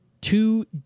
Two